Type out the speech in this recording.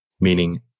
meaning